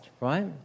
right